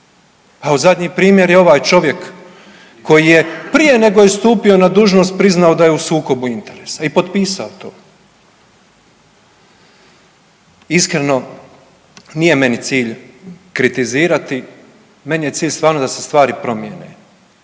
Evo zadnji primjer je ovaj čovjek koji je prije nego je stupio na dužnost, priznao da je u sukobu interesa i potpisao to. Iskreno, nije meni cilj kritizirati, meni je cilj stvarno da se stvari promijene.